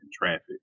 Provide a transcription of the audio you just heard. traffic